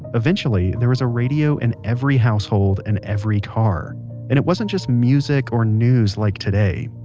eventually there was a radio in every household and every car and it wasn't just music or news like today,